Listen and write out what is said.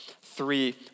three